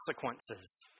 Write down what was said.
consequences